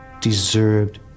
deserved